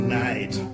night